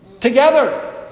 together